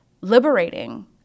liberating